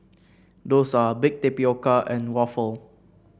dosa Baked Tapioca and waffle